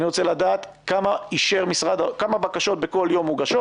אני רוצה לדעת כמה בקשות מוגשות כל יום,